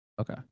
Okay